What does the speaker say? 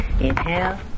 Inhale